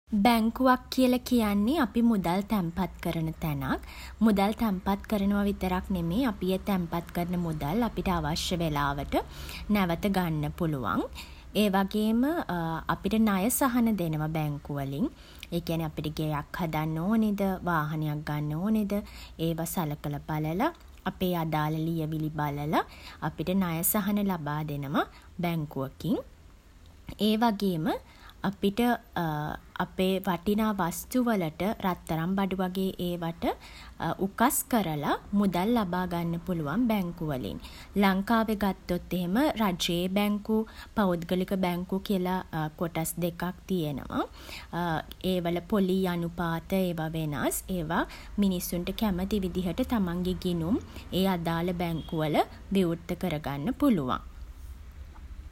බැංකුවක් කියලා කියන්නේ අපි මුදල් තැන්පත් කරන තැනක්. මුදල් තැන්පත් කරනව විතරක් නෙමෙයි අපි ඒ තැන්පත් කරන මුදල් අපිට අවශ්‍ය වෙලාවට නැවත ගන්න පුළුවන්. ඒ වගේම අපිට ණය සහන දෙනව බැංකුවලින්. ඒ කියන්නෙ අපිට ගෙයක් හදන්න ඕනෙද, වාහනයක් ගන්න ඕනෙද, ඒව සලකල බලල, අපේ අදාල ලියවිලි බලලා, අපිට ණය සහන ලබා දෙනවා බැංකුවකින්. ඒ වගේම අපිට අපේ වටිනා වස්තු වලට රත්තරන් බඩු වගේ ඒවට උකස් කරල මුදල් ලබා ගන්න පුළුවන් බැංකුවලින්. ලංකාවේ ගත්තොත් එහෙම රජයේ බැංකු, පෞද්ගලික බැංකු කියල කොටස් දෙකක් තියෙනවා. ඒවල පොලී අනුපාත ඒවා වෙනස්. ඒවා මිනිස්සුන්ට කැමති විදිහට තමන්ගේ ගිණුම් ඒ අදාල බැංකුවල විවෘත කරගන්න පුළුවන්.